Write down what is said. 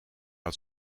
had